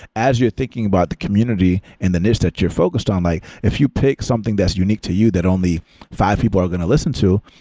as you're thinking about the community and the niche that you're focused on, like if you pick something that's unique to you that only five people are going to listen to,